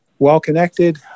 well-connected